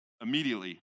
immediately